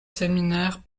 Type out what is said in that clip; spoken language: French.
séminaires